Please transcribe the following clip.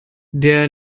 der